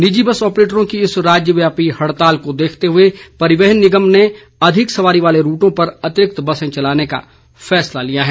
निजी बस आपरेटरों की इस राज्यव्यापी हड़ताल को देखते हए परिवहन निगम ने अधिक सवारी वाले रूटों पर अतिरिक्त बसें चलाने का फैसला लिया है